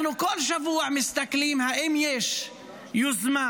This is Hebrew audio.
אנחנו כל שבוע מסתכלים אם יש יוזמה,